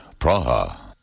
Praha